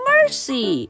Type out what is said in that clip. Mercy